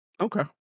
Okay